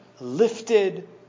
lifted